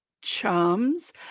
charms